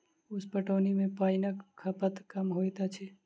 उप पटौनी मे पाइनक खपत कम होइत अछि